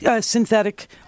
synthetic